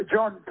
John